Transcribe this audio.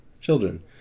Children